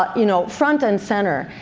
ah you know, front and center,